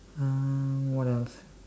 uh what else